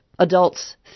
Adults